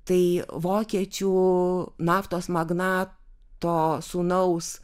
tai vokiečių naftos magnato sūnaus